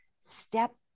step